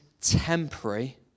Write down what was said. temporary